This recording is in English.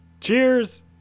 Cheers